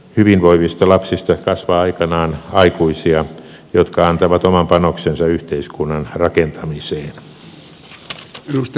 hyvinvoivista lapsista kasvaa aikanaan aikuisia jotka antavat oman panoksensa yhteiskunnan rakentamiseen